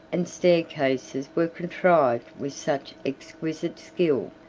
and staircases were contrived with such exquisite skill,